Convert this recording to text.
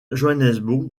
johannesburg